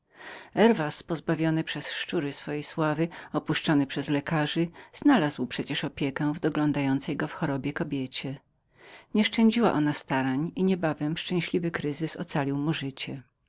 herwas pozbawiony przez szczurów swojej sławy opuszczony przez lekarzów znalazł przecie opiekę w doglądającej go w jego chorobie kobiecie ta nieszczędziła mu starań i niebawem szczęśliwa kryzys ocaliła mu życie